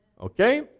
Okay